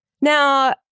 Now